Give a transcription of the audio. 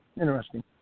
Interesting